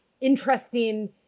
interesting